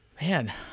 Man